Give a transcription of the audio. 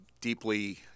deeply –